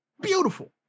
Beautiful